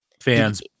fans